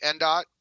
ndot